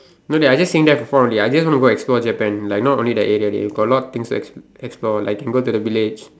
no dey I just staying there for fun only I just want to go explore Japan like not only that area dey got a lot of things to ex~ explore like can go to the village